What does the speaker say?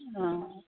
हां